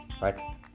right